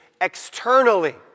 externally